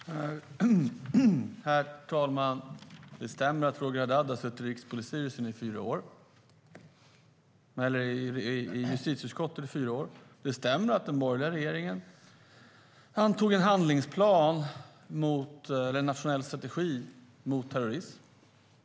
Herr talman! Det stämmer att Roger Haddad har suttit i Rikspolisstyrelsen i fyra år och i justitieutskottet i fyra år. Det stämmer att den borgerliga regeringen antog en nationell strategi mot terrorism.